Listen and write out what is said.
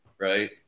right